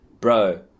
bro